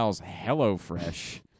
HelloFresh